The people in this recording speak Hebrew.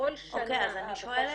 בכל שנה.